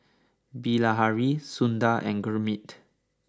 Bilahari Sundar and Gurmeet